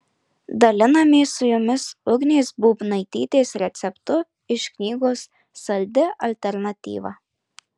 dalinamės su jumis ugnės būbnaitytės receptu iš knygos saldi alternatyva